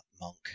monk